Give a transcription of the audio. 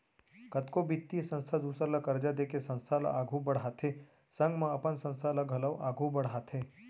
कतको बित्तीय संस्था दूसर ल करजा देके संस्था ल आघु बड़हाथे संग म अपन संस्था ल घलौ आघु बड़हाथे